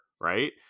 right